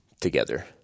together